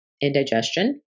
indigestion